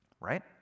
right